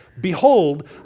Behold